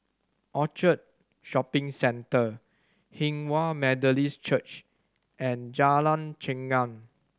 Orchard Shopping Centre Hinghwa Methodist Church and Jalan Chengam